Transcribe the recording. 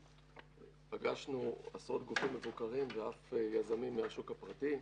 פגשנו עשרות גופים מבוקרים ואף יזמים מהשוק הפרטי.